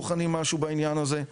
בוחנים משהו בעניין הזה,